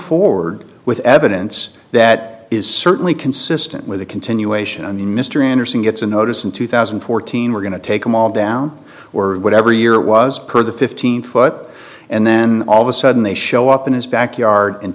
forward with evidence that is certainly consistent with the continuation of mr anderson gets a notice in two thousand and fourteen we're going to take them all down or whatever year was the fifteen foot and then all of a sudden they show up in his backyard and